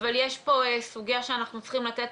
אבל יש פה סוגיה שאנחנו צריכים לתת